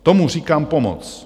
Tomu říkám pomoc!